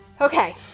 Okay